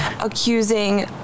accusing